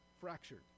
fractured